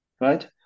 right